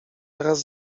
teraz